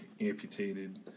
amputated